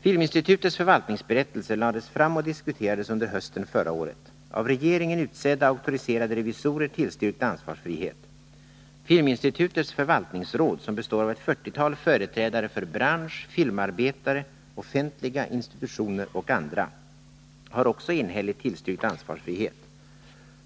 Filminstitutets förvaltningsberättelse lades fram och diskuterades under hösten förra året. Av regeringen utsedda auktoriserade revisorer tillstyrkte ansvarsfrihet. Filminstitutets förvaltningsråd, som består av ett fyrtiotal företrädare för bransch, filmarbetare, offentliga institutioner och andra, har också enhälligt tillstyrkt ansvarsfrihet.